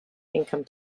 income